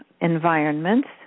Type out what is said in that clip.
environments